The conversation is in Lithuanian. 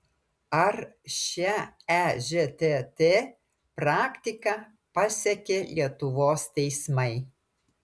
ar šia ežtt praktika pasekė lietuvos teismai